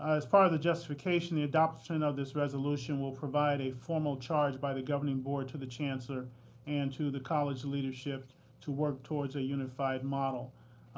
as part of the justification the adoption of this resolution will provide a formal charge by the governing board to the chancellor and to the college leadership to work towards a unified model.